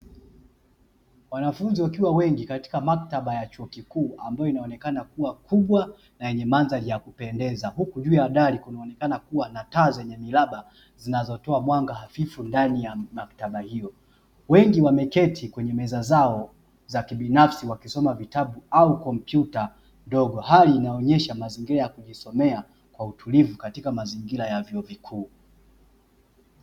Wanafunzi wakiwa wengi katika maktaba ya chuo kikuu ambayo inaonekana kuwa kubwa na yenye mandhari ya kupendeza, huku juu ya dali kukionekana kuwa na taa za mraba, zinazotoa mwanga ndani ya maktaba hiyo. Wengi wameketi kwenye meza zao za kibinafsi wakisoma vitabu au kompyuta ndogo, hali inayoonyesha mazingira ya kujisomea kwa utulivu katika mazingira ya vyuo vikuu.